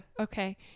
okay